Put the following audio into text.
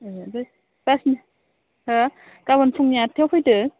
ए बे बासनि हो गाबोन फुंनि आदथायाव फैदो